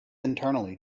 internally